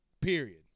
Period